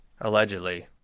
Allegedly